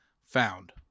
found